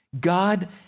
God